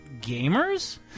Gamers